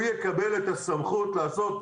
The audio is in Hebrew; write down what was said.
והוא יקבל את הסמכות לעשות.